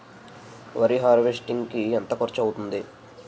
వరి హార్వెస్టింగ్ కి ఎంత ఖర్చు అవుతుంది?